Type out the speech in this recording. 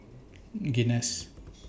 Guinness